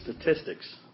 statistics